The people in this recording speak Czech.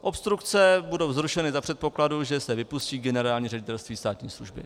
Obstrukce budou zrušeny za předpokladu, že se vypustí Generální ředitelství státní služby.